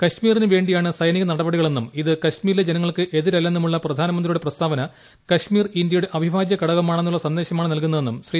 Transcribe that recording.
കാശ്മീരിനുവേണ്ടിയാണ് സൈനിക നടപടികളെന്നും ഇത് കാശ്മീരിലെ ജനങ്ങൾക്ക് എതിരല്ലെന്നുമുള്ള പ്രധാനമന്ത്രി യുടെ പ്രസ്താവന കാശ്മീർ ഇന്ത്യയുടെ അഭിഭാജ്യ ഘടകമാണെ ന്നുള്ള സന്ദേശമാണ് നൽകുന്നതെന്നും ശ്രീ